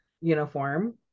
uniform